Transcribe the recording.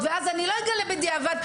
ואז אני לא אגלה בדיעבד,